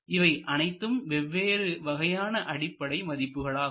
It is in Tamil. இவை அனைத்தும் வெவ்வேறு வகையான அடிப்படை மதிப்புகள் ஆகும்